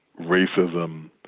racism